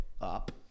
up